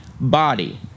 body